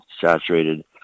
saturated